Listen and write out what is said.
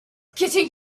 getting